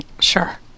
Sure